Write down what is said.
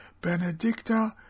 Benedicta